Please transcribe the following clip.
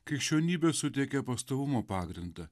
krikščionybė suteikė pastovumo pagrindą